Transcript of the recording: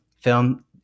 film